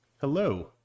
hello